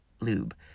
Lube